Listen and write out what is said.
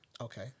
Okay